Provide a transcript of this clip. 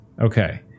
Okay